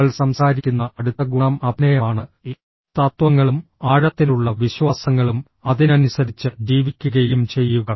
അവൾ സംസാരിക്കുന്ന അടുത്ത ഗുണം അഭിനയമാണ് തത്വങ്ങളും ആഴത്തിലുള്ള വിശ്വാസങ്ങളും അതിനനുസരിച്ച് ജീവിക്കുകയും ചെയ്യുക